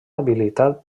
habilitat